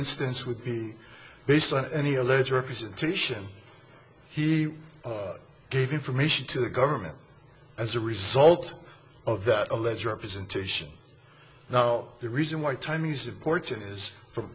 instance would be based on any alleged representation he gave information to the government as a result of that alleged representation now the reason why time he supports it is f